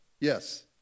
Yes